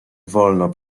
wolno